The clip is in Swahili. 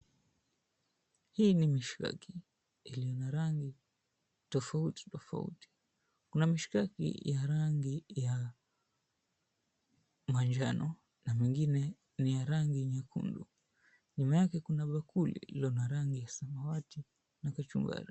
Hii ni mishikaki yenye rangi tofauti tofauti, kuna mishikaki ya rangi ya manjano na mingine ni ya rangi ya nyekundu. Nyuma yake kuna bakuli lililo la samawati na kachumbnari.